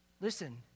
Listen